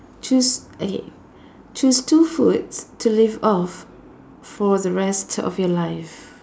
choose okay choose two foods to live off for the rest of your life